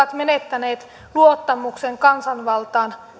ovat menettäneet luottamuksen kansanvaltaan